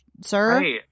sir